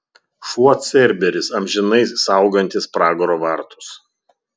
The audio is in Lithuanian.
šuo cerberis amžinai saugantis pragaro vartus